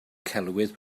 celwyddau